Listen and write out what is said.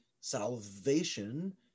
salvation